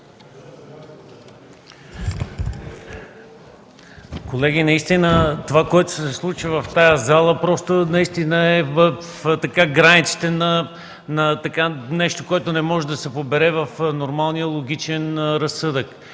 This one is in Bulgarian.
Колеги, наистина това, което се случва в залата, просто е в границите на нещо, което не може да се побере в нормалния логичен разсъдък.